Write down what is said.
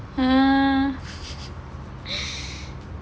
ugh